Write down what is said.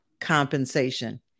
compensation